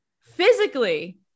physically